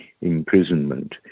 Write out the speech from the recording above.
imprisonment